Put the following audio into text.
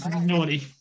Naughty